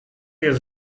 jest